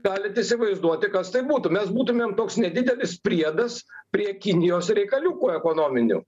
galit įsivaizduoti kas tai būtų mes būtumėm toks nedidelis priedas prie kinijos reikaliukų ekonominių